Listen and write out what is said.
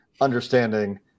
understanding